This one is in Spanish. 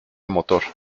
motor